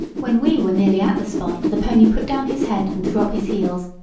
when we were nearly at the spot the pony put down his head and threw up his heels,